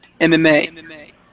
MMA